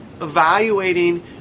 evaluating